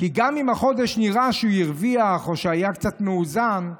גם אם החודש נראה שהוא הרוויח או היה קצת מאוזן,